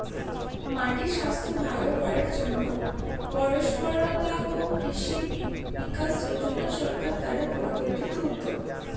মাটির স্বাস্থ্য ভালো করার জন্য পরম্পরাগত কৃষি বিকাশ যোজনা সরকার দ্বারা পরিকল্পিত উদ্যোগ